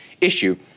issue